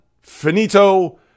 finito